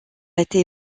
été